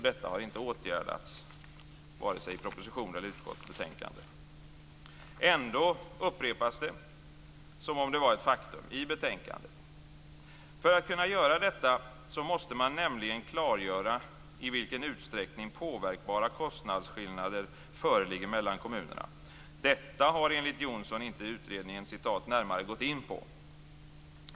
Detta har inte åtgärdats vare sig i propositionen eller utskottets betänkande. Ändå upprepas det i betänkandet som om det var ett faktum. För att kunna göra detta måste man nämligen klargöra i vilken utsträckning påverkbara kostnadsskillnader föreligger mellan kommunerna. Detta har enligt Jonsson utredningen inte "närmare gått in på".